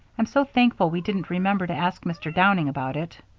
i'm so thankful we didn't remember to ask mr. downing about it.